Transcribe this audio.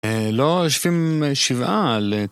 אה, לא יושבים שבעה על...